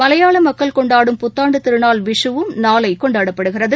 மலையாளமக்கள் கொண்டாடும் புத்தாண்டுதிருநாள் விஷூவும் நாளைகொண்டாடப்படுகிறது